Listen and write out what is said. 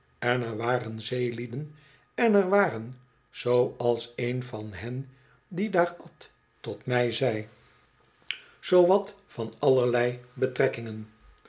en er waren zeelieden en er waren zooals een van hen die daar at tot mij zei zoo wat van allerlei betrekkingen